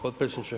potpredsjedniče.